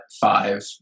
five